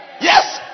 Yes